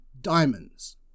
diamonds